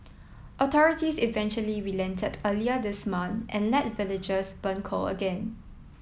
authorities eventually relented earlier this month and let villagers burn coal again